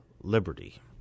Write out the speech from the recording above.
liberty